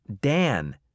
Dan